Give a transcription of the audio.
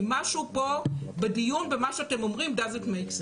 כי משהו פה בדיון במה שאתם אומרים לא הגיוני.